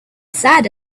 sad